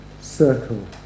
circle